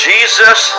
Jesus